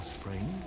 spring